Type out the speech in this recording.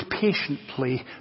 patiently